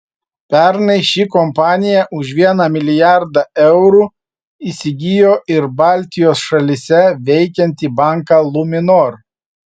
pernai ši kompanija už vieną milijardą eurų įsigijo ir baltijos šalyse veikiantį banką luminor